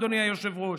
אדוני היושב-ראש,